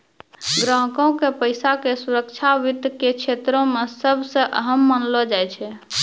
ग्राहको के पैसा के सुरक्षा वित्त के क्षेत्रो मे सभ से अहम मानलो जाय छै